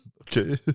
Okay